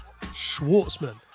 Schwartzman